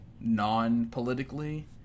non-politically